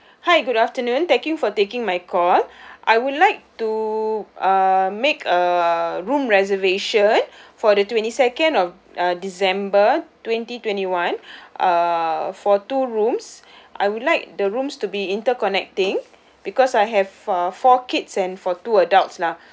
hi good afternoon thank you for taking my call I would like to uh make a room reservation for the twenty second of uh december twenty twenty one uh for two rooms I would like the rooms to be interconnecting because I have uh four kids and for two adults lah